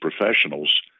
professionals